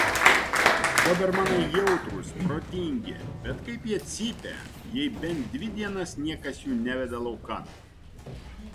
dobermanai jautrūs protingi bet kaip jie cypia jei bent dvi dienas niekas jų neveda laukan